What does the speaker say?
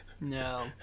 No